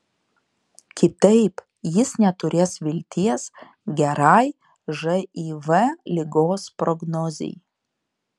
kitaip jis neturės vilties gerai živ ligos prognozei